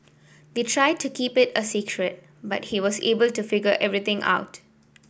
they tried to keep it a secret but he was able to figure everything out